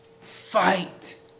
Fight